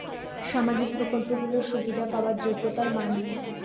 সামাজিক প্রকল্পগুলি সুবিধা পাওয়ার যোগ্যতা মান কি?